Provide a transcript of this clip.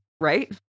Right